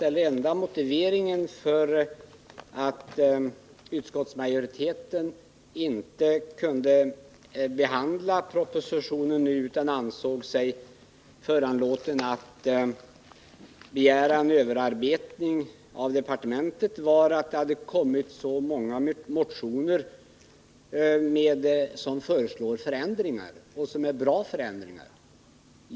Den enda motiveringen för att utskottsmajoriteten inte kunde behandla propositionen nu utan såg sig föranlåten att av departementet begära en överarbetning var att det hade kommit så många motioner med förslag till bra förändringar, sade Wiggo Komstedt.